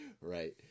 Right